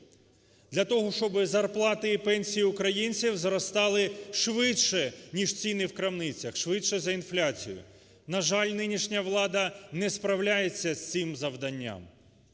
для того, щоби зарплати і пенсії українців зростали швидше, ніж ціни в крамницях, швидше за інфляцію. На жаль, нинішня влада не справляється з цим завданням.